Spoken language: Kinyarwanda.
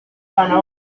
ubwigenge